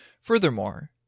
Furthermore